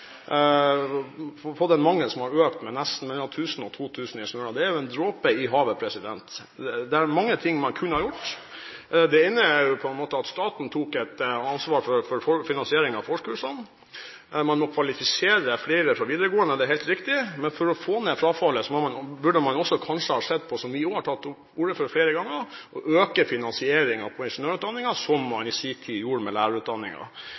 Det er en dråpe i havet. Det er mange ting man kunne ha gjort. Det ene er at staten tok et ansvar for finansieringen av forkursene. En må kvalifisere flere fra videregående, det er helt riktig. Men for å få ned frafallet burde man kanskje også ha sett på – som vi har tatt til orde for flere ganger – å øke finansieringen knyttet til ingeniørutdanningen, slik man i sin tid gjorde med